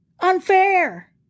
Unfair